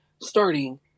starting